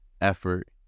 effort